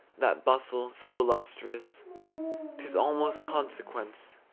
that bustle so illustrious t is almost consequence,